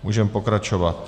Můžeme pokračovat.